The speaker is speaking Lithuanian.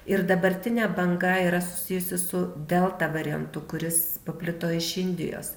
ir dabartinė banga yra susijusi su delta variantu kuris paplito iš indijos